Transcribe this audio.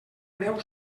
breu